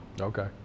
Okay